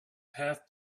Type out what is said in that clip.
path